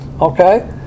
Okay